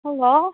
hello